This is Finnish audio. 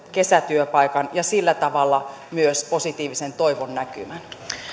kesätyöpaikan ja sillä tavalla myös positiivisen toivonnäkymän